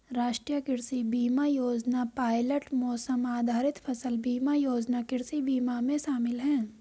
राष्ट्रीय कृषि बीमा योजना पायलट मौसम आधारित फसल बीमा योजना कृषि बीमा में शामिल है